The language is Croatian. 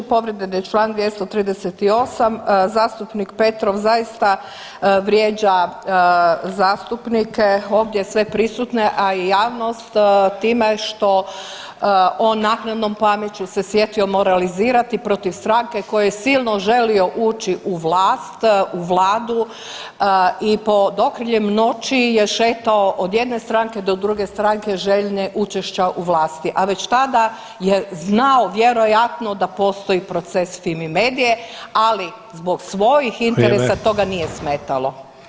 Povrijeđen je čl. 238., zastupnik Petrov zaista vrijeđa zastupnike ovdje sve prisutne, a i javnost time što on naknadnom pameću se sjetio moralizirati protiv stranke koje je silno želio ući u vlast, u vladu i pod okriljem noći je šetao od jedne stranke do druge stranke željne učešća u vlasti, a već tada je znao vjerojatno da postoji proces Fimi-medije, ali zbog svojih interesa to ga nije smetalo.